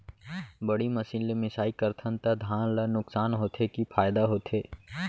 बड़ी मशीन ले मिसाई करथन त धान ल नुकसान होथे की फायदा होथे?